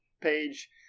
page